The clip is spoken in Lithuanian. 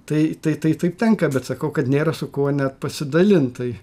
tai tai tai taip tenka bet sakau kad nėra su kuo net pasidalint tai